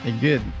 good